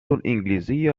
الإنجليزية